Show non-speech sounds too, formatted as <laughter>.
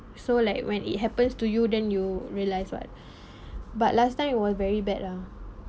so like when it happens to you then you realise [what] <breath> but last time it was very bad lah